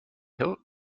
hill